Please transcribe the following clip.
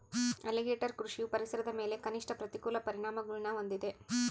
alligator ಕೃಷಿಯು ಪರಿಸರದ ಮೇಲೆ ಕನಿಷ್ಠ ಪ್ರತಿಕೂಲ ಪರಿಣಾಮಗುಳ್ನ ಹೊಂದಿದೆ